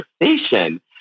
conversation